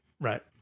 right